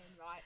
right